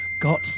got